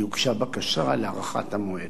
כי הוגשה בקשה להארכת המועד.